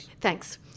Thanks